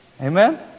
Amen